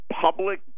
public